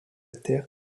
terre